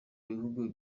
bihugu